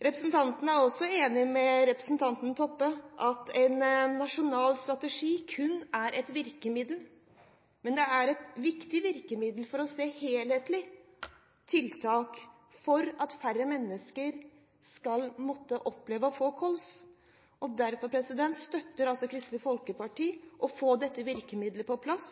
Vi er også enig med representanten Toppe i at en nasjonal strategi kun er et virkemiddel. Men det er et viktig virkemiddel for å se helhetlige tiltak for at færre mennesker skal måtte oppleve å få kols. Derfor støtter Kristelig Folkeparti å få dette virkemiddelet, en nasjonal strategi, på plass.